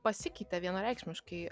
pasikeitė vienareikšmiškai